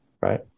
right